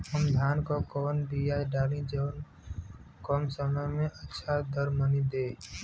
हम धान क कवन बिया डाली जवन कम समय में अच्छा दरमनी दे?